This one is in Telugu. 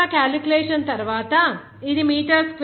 చివరగా క్యాలిక్యులేషన్ తరువాత ఇది మీటర్ స్క్వేర్ కి 6